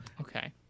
Okay